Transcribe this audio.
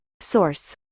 source